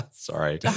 Sorry